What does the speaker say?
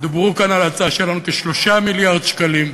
דיברו כאן על הצעה שלנו, כ-3 מיליארד שקלים.